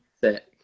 Sick